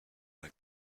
like